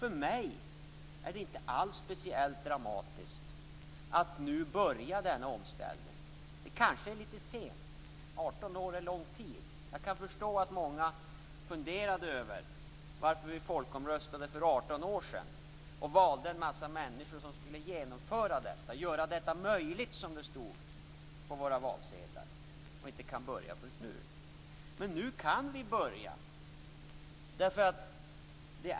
För mig är det inte alls speciellt dramatiskt att nu börja denna omställning. Det kanske är litet sent. 18 år är en lång tid. Jag kan förstå att många funderar över varför vi folkomröstade för 18 år sedan och valde en mängd människor som skulle genomföra det - göra detta möjligt, som det stod på våra valsedlar - om vi inte kan börja förrän nu. Men nu kan vi börja.